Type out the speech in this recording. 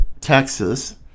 Texas